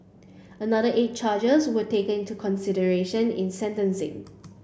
another eight charges were taken into consideration in sentencing